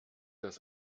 das